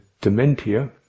dementia